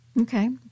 Okay